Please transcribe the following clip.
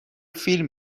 فیلم